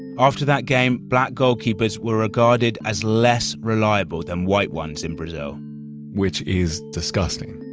after that game, black goalkeepers were regarded as less reliable than white ones in brazil which is disgusting.